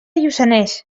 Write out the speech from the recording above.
lluçanès